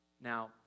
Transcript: now